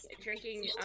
drinking